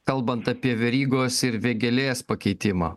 kalbant apie verygos ir vėgėlės pakeitimą